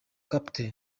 capt